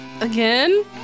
Again